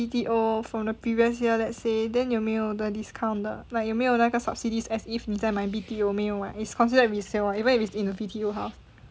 B_T_O from the previous year let's say then 有没有的 discount 的 like 有没有那个 subsidies as if 你再买 B_T_O 没有 right is considered resale ah even if it's in the B_T_O house